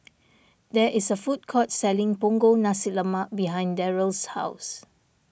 there is a food court selling Punggol Nasi Lemak behind Daryl's house